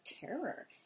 terror